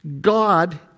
God